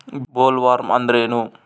Bollworm ಅಂದ್ರೇನು?